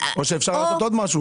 או שאפשר לעשות עוד משהו